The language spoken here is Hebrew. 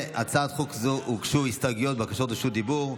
להצעת חוק זו הוגשו הסתייגויות ובקשות רשות דיבור.